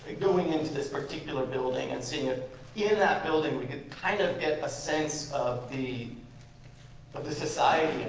going into this particular building and seeing if in that building we could kind of get a sense of the of the society,